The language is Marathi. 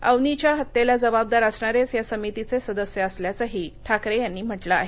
अवनीच्या हत्येला जबाबदार असणारेच या समितीचे सदस्य असल्याचंही ठाकरे यांनी म्हटलं आहे